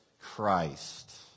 Christ